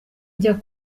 njya